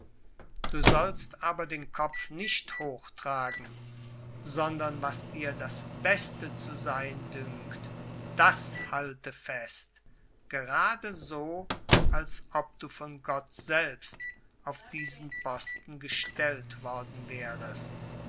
du sollst aber den kopf nicht hoch tragen sondern was dir das beste zu sein dünkt das halte fest gerade so als ob du von gott selbst auf diesen posten gestellt worden wärest